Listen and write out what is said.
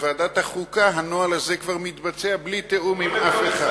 בוועדת החוקה הנוהל הזה כבר מתבצע בלי תיאום עם אף אחד.